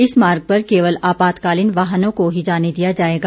इस मार्ग पर केवल आपातकालीन वाहनों को ही जाने दिया जाएगा